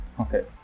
Okay